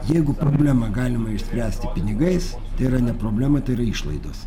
jeigu problemą galima išspręsti pinigais tai yra ne problema tai yra išlaidos